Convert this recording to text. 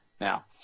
Now